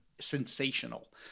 sensational